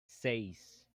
seis